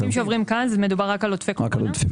כל העודפים